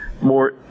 more